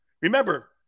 Remember